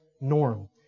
norm